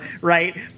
right